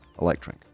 electric